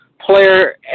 player